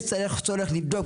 יש צורך לבדוק,